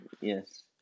Yes